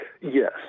Yes